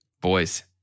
Boys